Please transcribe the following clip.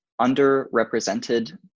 underrepresented